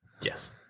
yes